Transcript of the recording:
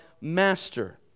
master